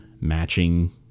matching